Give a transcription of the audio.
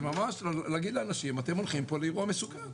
זה ממש להגיד לאנשים: אתם הולכים פה לאירוע מסוכן.